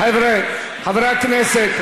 חבר הכנסת,